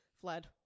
Fled